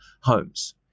Homes